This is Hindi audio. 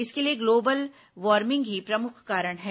इसके लिए ग्लोबल वार्मिंग ही प्रमुख कारण है